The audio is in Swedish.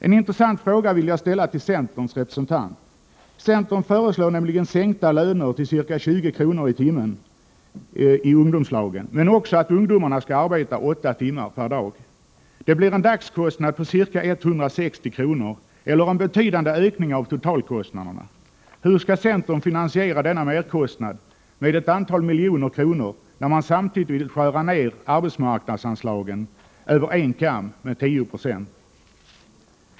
En intressant fråga vill jag ställa till centerns representant. Centern föreslår nämligen sänkta löner till ca 20 kr. per timme för ungdomar i ungdomslagen men också att ungdomarna skall arbeta åtta timmar per dag. Detta innebär en dagskostnad på ca 160 kr., alltså en betydande ökning av totalkostnaderna. Hur skall centern finansiera denna merkostnad på ett antal miljoner kronor när man samtidigt vill skära ned arbetsmarknadsanslagen över en kam med 10 96?